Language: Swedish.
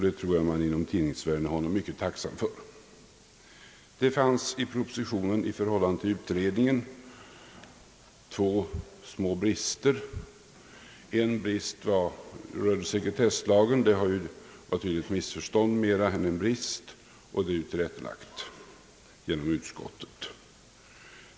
Det tror jag att man bland dagstidningarna är honom mycket tacksam för. Det fanns i propositionen i förhållande till utredningen två små brister. En rörde sekretesslagen och var tydligen mera ett missförstånd än en brist. Detta är tillrättalagt genom utskottet.